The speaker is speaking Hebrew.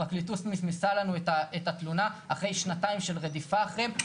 הפרקליטות מסמסה לנו את התלונה אחרי שנתיים של רדיפה אחריהם.